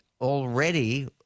already